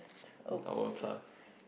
hour plus